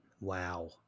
Wow